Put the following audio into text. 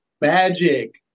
Magic